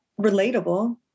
relatable